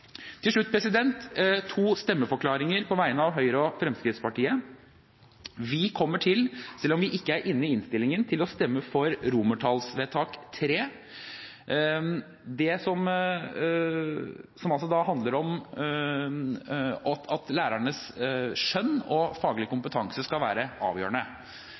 Til slutt to stemmeforklaringer på vegne av Høyre og Fremskrittspartiet. Vi kommer, selv om vi ikke sier det i innstillingen, til å stemme for III, som handler om at lærernes skjønn og faglige kompetanse skal være avgjørende.